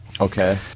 Okay